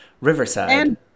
Riverside